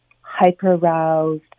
hyper-aroused